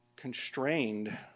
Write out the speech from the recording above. constrained